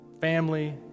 family